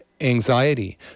anxiety